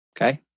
Okay